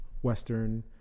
Western